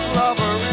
lover